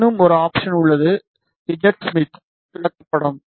இன்னும் ஒரு ஆப்சன் உள்ளது Z ஸ்மித் விளக்கப்படம்